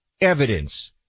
evidence